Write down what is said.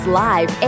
live